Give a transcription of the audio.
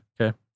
Okay